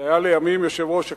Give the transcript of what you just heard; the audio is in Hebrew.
שהיה לימים יושב-ראש הכנסת,